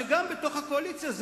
גם בתוך הקואליציה,